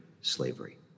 slavery